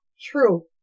true